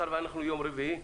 יום רביעי,